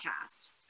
cast